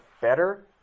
better